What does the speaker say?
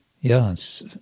yes